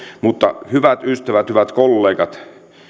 mutta hyvät ystävät hyvät kollegat